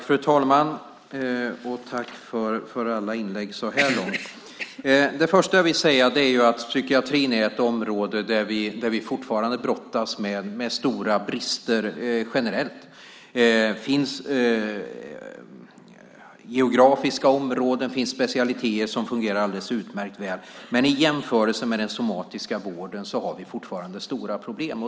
Fru talman! Tack för alla inlägg så här långt! Det första jag vill säga är att psykiatrin är ett område där vi fortfarande brottas med stora brister generellt. Det finns geografiska områden och specialiteter som fungerar alldeles utmärkt väl, men i jämförelse med den somatiska vården har vi fortfarande stora problem.